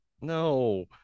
no